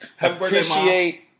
appreciate